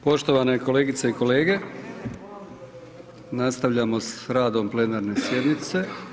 Poštovane kolegice i kolege, nastavljamo s radom plenarne sjednice.